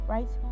Right